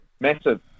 Massive